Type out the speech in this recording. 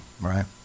right